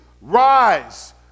rise